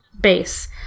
base